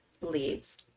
leaves